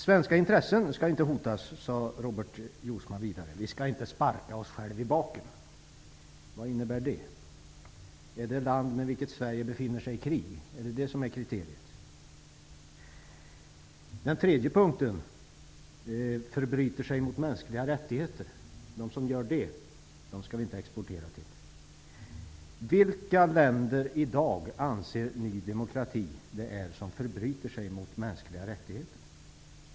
Svenska intressen skall inte hotas, sade Robert Jousma vidare. Vi skall inte sparka oss själva i baken. Vad innebär det? Är kriteriet ett land med vilket Sverige befinner sig i krig? Den tredje punkten, som Robert Jousma nämde, var att vi inte skall exportera vapen till länder som förbryter sig mot de mänskliga rättigheterna. Vilka länder anser Ny demokrati förbryter sig mot de mänskliga rättigheterna i dag?